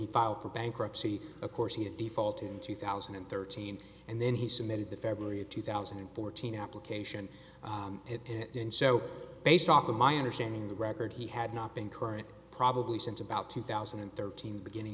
he filed for bankruptcy of course he had defaulted in two thousand and thirteen and then he submitted the february two thousand and fourteen application and so based off of my understanding the record he had not been current probably since about two thousand and thirteen beginning